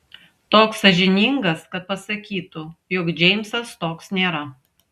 toks sąžiningas kad pasakytų jog džeimsas toks nėra